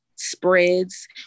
spreads